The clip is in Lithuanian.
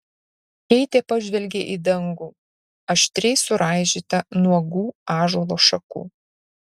keitė pažvelgė į dangų aštriai suraižytą nuogų ąžuolo šakų